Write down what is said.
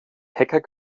hecker